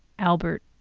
albert